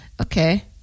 Okay